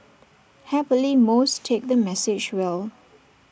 happily most take the message well